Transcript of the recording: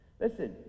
listen